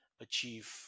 achieve